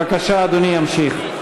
בבקשה, אדוני ימשיך.